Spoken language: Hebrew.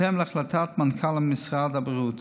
בהתאם להחלטת מנכ"ל משרד הבריאות,